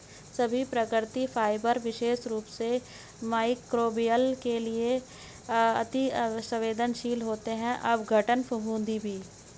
सभी प्राकृतिक फाइबर विशेष रूप से मइक्रोबियल के लिए अति सवेंदनशील होते हैं अपघटन, फफूंदी भी